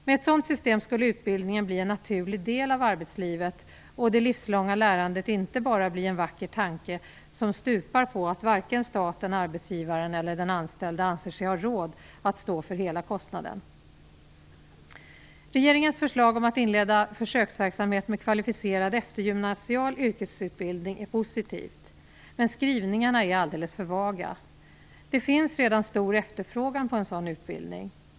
Med ett sådant system skulle utbildning bli en naturlig del av arbetslivet, och det livslånga lärandet skulle inte bara bli en vacker tanke som stupar på att varken staten, arbetsgivaren eller den anställde anser sig ha råd att stå för hela kostnaden. Regeringens förslag om att inleda försöksverksamhet med kvalificerad eftergymnasial yrkesutbildning är positivt. Men skrivningarna är alldeles för vaga. Det finns redan stor efterfrågan på en sådan utbildning.